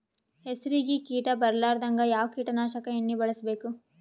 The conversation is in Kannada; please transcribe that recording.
ಹೆಸರಿಗಿ ಕೀಟ ಬರಲಾರದಂಗ ಯಾವ ಕೀಟನಾಶಕ ಎಣ್ಣಿಬಳಸಬೇಕು?